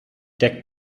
der